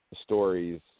stories